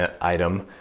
item